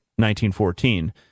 1914